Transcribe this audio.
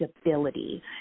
stability